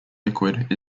liquid